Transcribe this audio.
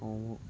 ꯑꯍꯨꯝꯃꯨꯛ